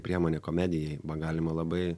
priemonė komedijai ba galima labai